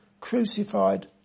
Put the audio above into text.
crucified